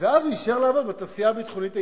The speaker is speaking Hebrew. ואז הוא יישאר לעבוד בתעשייה הביטחונית הישראלית,